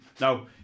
now